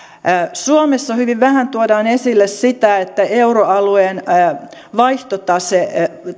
suomessa hyvin vähän tuodaan esille sitä että euroalueen vaihtotasetta